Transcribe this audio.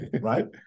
right